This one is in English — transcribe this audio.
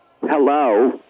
Hello